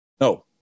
no